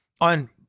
on